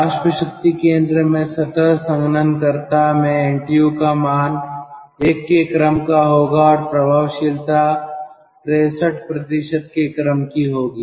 वाष्प शक्ति केंद्र में सतह संघनन कर्ता में NTU का मान 1 के क्रम का होगा और प्रभावशीलता 63 के क्रम की होगी